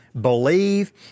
believe